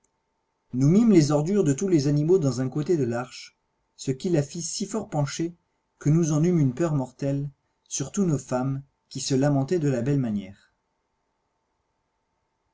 mîmes les ordures de tous les animaux dans un côté de l'arche ce qui la fit si fort pencher que nous en eûmes une peur mortelle surtout nos femmes qui se lamentoient de la belle manière